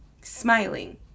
smiling